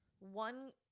One